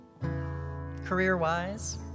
career-wise